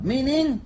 Meaning